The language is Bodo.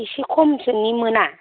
एसे खमसोनि मोना